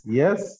yes